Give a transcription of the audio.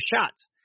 shots